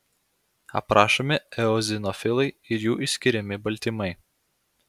aprašomi eozinofilai ir jų išskiriami baltymai